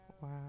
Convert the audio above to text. Wow